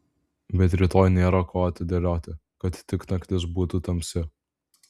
bet rytoj nėra ko atidėlioti kad tik naktis būtų tamsi